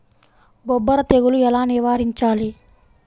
బొబ్బర తెగులు ఎలా నివారించాలి?